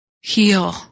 heal